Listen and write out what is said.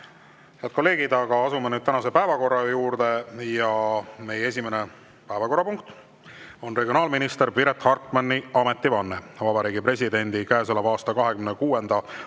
Head kolleegid, asume nüüd tänase päevakorra juurde. Meie esimene päevakorrapunkt on regionaalminister Piret Hartmani ametivanne. Vabariigi Presidendi käesoleva aasta 26. aprilli